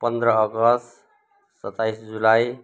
पन्ध्र अगस्त सत्ताइस जुलाई